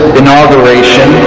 inauguration